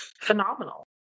phenomenal